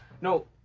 No